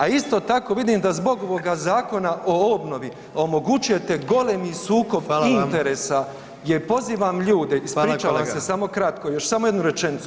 A isto tako vidim da zbog ovoga Zakona o obnovi omogućujete golemi sukob [[Upadica: Hvala vam]] interesa gdje pozivam ljude [[Upadica: Hvala kolega]] Ispričavam se, samo kratko, još samo jednu rečenicu.